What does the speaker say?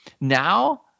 now